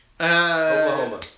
Oklahoma